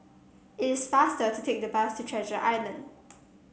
it is faster to take the bus to Treasure Island